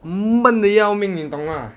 闷得要命你懂 mah